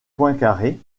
poincaré